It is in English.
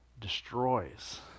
Destroys